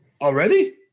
Already